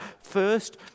first